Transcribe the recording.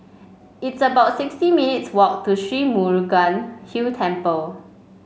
it's about sixty minutes' walk to Sri Murugan Hill Temple